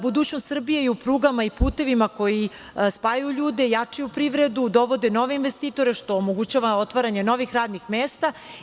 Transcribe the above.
Budućnost Srbije je u putevima i prugama koje spajaju ljude, jačaju privredu, dovode nove investitore, što omogućava otvaranje novih radnih mesta.